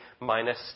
minus